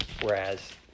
Whereas